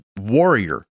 warrior